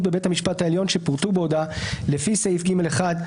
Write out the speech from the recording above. בבית המשפט העליון שפורטו בהודעה לפי סעיף 7(ג1)